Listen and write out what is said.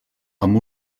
amb